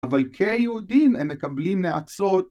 אבל כיהודים הם מקבלים נעצות